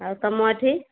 ଆଉ ତମ ଏଠି